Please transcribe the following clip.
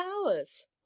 flowers